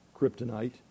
kryptonite